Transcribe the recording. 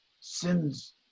sins